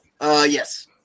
Yes